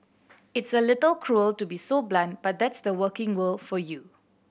it's a little cruel to be so blunt but that's the working world for you